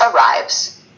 Arrives